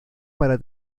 para